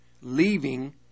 leaving